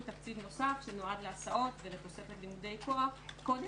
תקציב נוסף שנועד להסעות ולתוספת לימודי קודש.